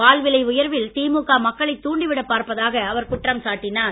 பால் விலை உயர்வில் திமுக மக்களைத் தூண்டிவிடப் பார்ப்பதாக அவர் குற்றம் சாட்டினார்